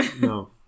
No